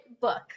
book